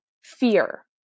fear